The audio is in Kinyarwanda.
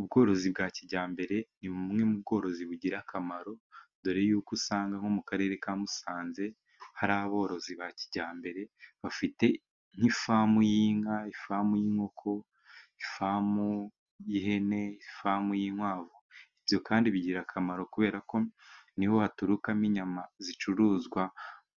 Ubworozi bwa kijyambere, ni bumwe mu bworozi bugira akamaro, dore yuko usanga nko mu karere ka musanze, hari aborozi ba kijyambere, bafite ifamu y'inka, ifamu y'inkoko, ifamu y'ihene, ifamu y'inkwavu, ibyo kandi bigira akamaro, kubera ko niho haturukamo inyama zicuruzwa